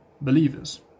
believers